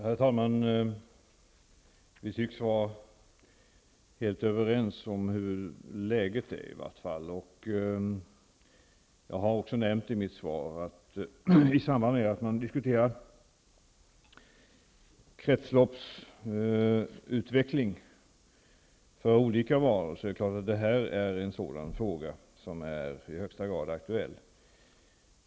Herr talman! Vi tycks vara helt överens om hur läget är i vart fall. Jag har också nämnt i mitt svar att i samband med att man diskuterar kretsloppsutveckling för olika varor är frågan om glasåtervinning i högsta grad aktuell.